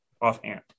offhand